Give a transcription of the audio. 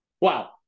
wow